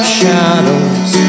shadows